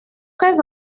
très